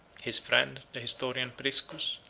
his friend, the historian priscus,